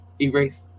erase